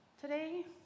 today